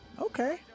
Okay